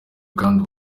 kandi